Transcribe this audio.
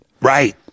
Right